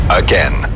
again